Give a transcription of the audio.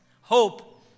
hope